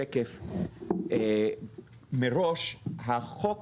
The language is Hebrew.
שמראש החוק